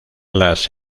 las